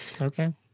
Okay